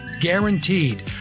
Guaranteed